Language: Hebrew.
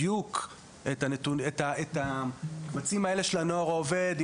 בדיוק את הקבצים האלה של ׳הנוער העובד והלומד׳,